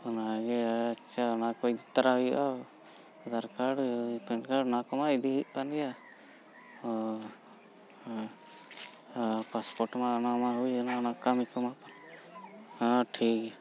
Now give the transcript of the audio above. ᱚᱱᱟᱜᱮ ᱟᱪᱪᱷᱟ ᱚᱱᱟᱠᱚ ᱤᱫᱤ ᱛᱟᱨᱟ ᱦᱩᱭᱩᱜᱼᱟ ᱟᱫᱷᱟᱨ ᱠᱟᱨᱰ ᱯᱮᱱ ᱠᱟᱨᱰ ᱚᱱᱟ ᱠᱚᱢᱟ ᱤᱫᱤ ᱦᱩᱭᱩᱜ ᱠᱟᱱ ᱜᱮᱭᱟ ᱯᱟᱥᱯᱳᱨᱴ ᱢᱟ ᱚᱱᱟᱢᱟ ᱦᱩᱭᱱᱟ ᱚᱱᱟ ᱠᱟᱹᱢᱤ ᱠᱚᱢᱟ ᱦᱮᱸ ᱴᱷᱤᱠ ᱜᱮᱭᱟ